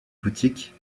boutiques